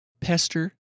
pester